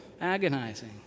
agonizing